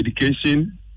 Education